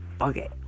Okay